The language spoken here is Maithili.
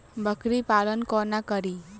बकरी पालन कोना करि?